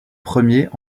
premiers